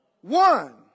One